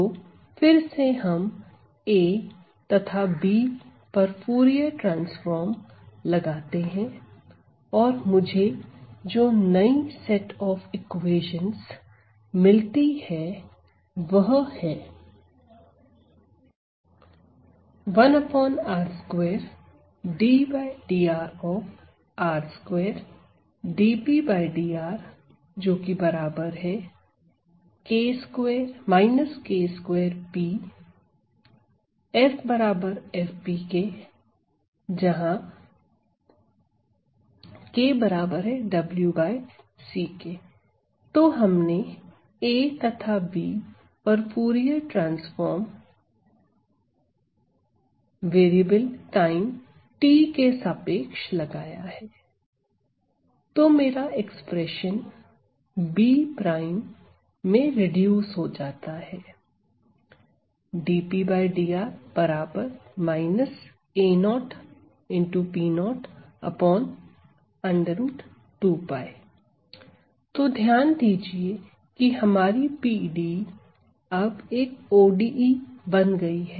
तो फिर से हम A तथा B पर फूरिये ट्रांसफार्म लगाते हैं और मुझे जो नई सेट ऑफ इक्वेशंस मिलती है वह है तो हमने A तथा B पर Fourier transform variable time t के सापेक्ष लगाया है तो मेरा एक्सप्रेशन B प्राइम में रिड्यूस हो जाता है तो ध्यान दीजिए कि हमारी PDE अब एक ODE बन गई है